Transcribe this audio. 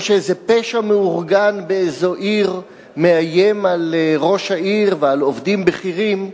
או שאיזה פשע מאורגן באיזו עיר מאיים על ראש העיר ועל עובדים בכירים,